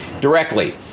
directly